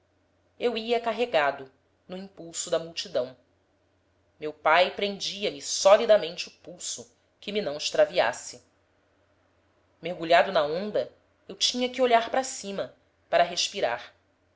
eu ia carregado no impulso da multidão meu pai prendia me solidamente o pulso que me não extraviasse mergulhado na onda eu tinha que olhar para cima para respirar